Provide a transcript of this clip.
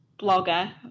blogger